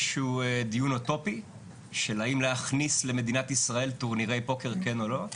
שהוא דיון אוטופי של האם להכניס למדינת ישראל טורנירי פוקר כן או לא.